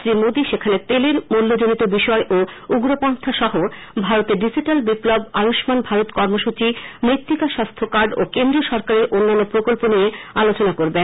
শ্রী মোদী সেখানে তেলের মূল্যজনিত বিষয় ও উগ্রপন্হা সহ ভারতে ডিজিট্যাল বিপ্লব আয়ুষ্মান ভারত কর্মসূচি মৃত্তিকা স্বাস্থ্য কার্ড ও কেন্দ্রীয় সরকারের অন্যান্য প্রকল্প নিয়ে আলোচনা করবেন